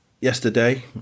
Yesterday